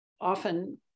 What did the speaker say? often